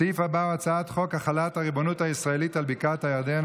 הסעיף הבא הוא הצעת חוק החלת הריבונות הישראלית על בקעת הירדן,